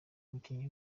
umukinnyi